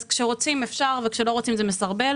אז כשרוצים אפשר, וכשלא רוצים זה מסרבל.